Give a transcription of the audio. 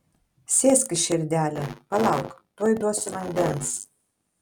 sėskis širdele palauk tuoj duosiu vandens